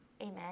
amen